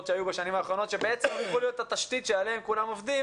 שהיו בשנים האחרונות שבעצם היו התשתית עליה כולם עובדים